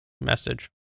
message